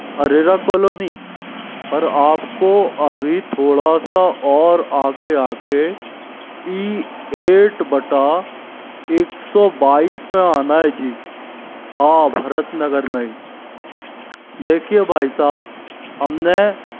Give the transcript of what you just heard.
Arera colony पर आपको अभी थोड़ा सा और आगे आके ई ऐट बटा एक सौ बाईस में आना है जी हाँ भरत नगर में ही देखिये भाई साहब हमने